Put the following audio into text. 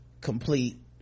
complete